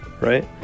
right